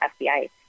FBI